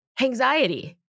Anxiety